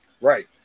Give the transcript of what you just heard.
Right